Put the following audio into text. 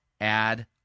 add